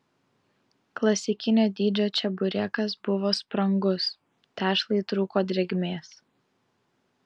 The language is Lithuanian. klasikinio dydžio čeburekas buvo sprangus tešlai trūko drėgmės